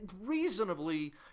reasonably